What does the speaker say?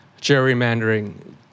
gerrymandering